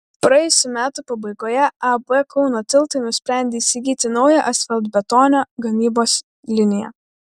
praėjusių metų pabaigoje ab kauno tiltai nusprendė įsigyti naują asfaltbetonio gamybos liniją